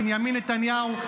בנימין נתניהו.